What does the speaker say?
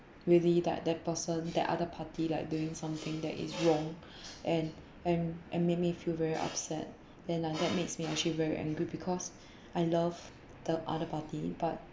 really that that person that other party like doing something that is wrong and and and make me feel very upset then like that makes me actually very angry because I love the other party but